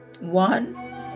One